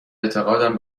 اعتقادم